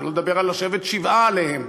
שלא לדבר על לשבת שבעה עליהם.